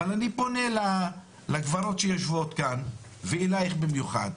אבל אני פונה לגברות שיושבות כאן ואלייך במיוחד,